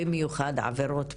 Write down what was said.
במיוחד בעבירות מין,